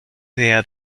idea